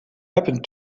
happened